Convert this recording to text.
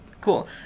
Cool